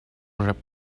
rap